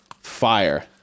fire